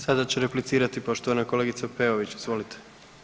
Sada će replicirati poštovana kolegica Peović, izvolite.